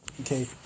Okay